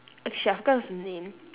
okay shit I forgot what's the name